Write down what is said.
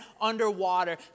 underwater